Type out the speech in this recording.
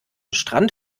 strand